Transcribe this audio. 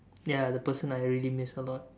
ya the person I really miss a lot